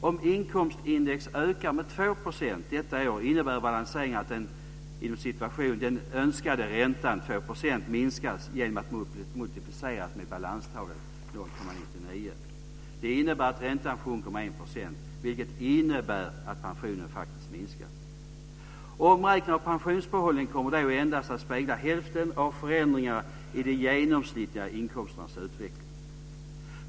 Om inkomstindex ökar med 2 % detta år innebär balanseringen att den "önskade" 1 %, vilket innebär att pensionen faktiskt minskar. Omräkningen av pensionsbehållningen kommer då endast att spegla hälften av förändringen i de genomsnittliga inkomsternas utveckling.